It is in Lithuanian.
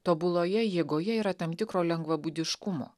tobuloje jėgoje yra tam tikro lengvabūdiškumo